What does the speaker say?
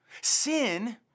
Sin